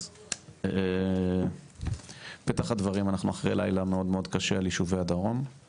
אז בפתח הדברים אנחנו אחרי לילה מאוד מאוד קשה על יישובי הדרום,